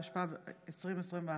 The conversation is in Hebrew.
התשפ"ב 2021,